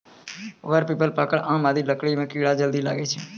वर, पीपल, पाकड़, आम आदि लकड़ी म कीड़ा जल्दी लागै छै